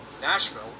Nashville